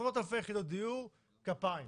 עשרות-אלפי יחידות דיור כפיים.